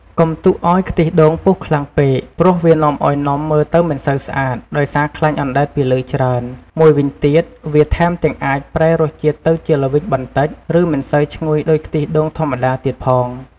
កុំទុកឲ្យខ្ទិះដូងពុះខ្លាំងពេក ព្រោះវានាំឱ្យនំមើលទៅមិនសូវស្អាត ដោយសារខ្លាញ់អណ្ដែតពីលើច្រើន មួយវិញទៀត វាថែមទាំងអាចប្រែរសជាតិទៅជា ល្វីង បន្តិច ឬមិនសូវឈ្ងុយដូចខ្ទិះដូងធម្មតាទៀតផង។